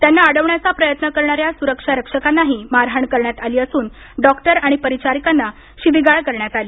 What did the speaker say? त्यांना अडवण्याचा प्रयत्न करणा या सुरक्षा रक्षकांनाही मारहाण करण्यात आली असून डॉक्टर आणि परिचारिकांना शिविगाळ करण्यात आली